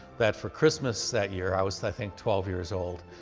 that for christmas that year, i was, i think, twelve years old,